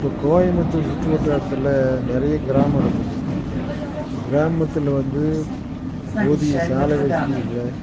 இப்போ கோயம்புத்தூர் சுற்றுவட்டாரத்தில் நிறைய கிராமம் இருக்குது கிராமத்தில் வந்து போதிய சாலை வசதி இல்லை